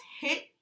hit